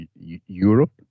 Europe